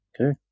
Okay